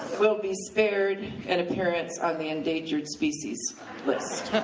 will be spared an appearance on the endangered species list.